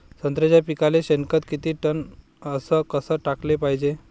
संत्र्याच्या पिकाले शेनखत किती टन अस कस टाकाले पायजे?